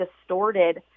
distorted